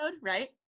right